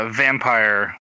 vampire